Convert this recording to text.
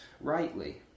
rightly